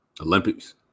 Olympics